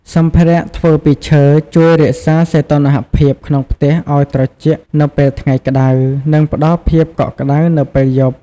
សម្ភារៈធ្វើពីឈើ ជួយរក្សាសីតុណ្ហភាពក្នុងផ្ទះឲ្យត្រជាក់នៅពេលថ្ងៃក្តៅ និងផ្តល់ភាពកក់ក្តៅនៅពេលយប់ ។